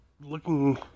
looking